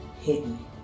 hidden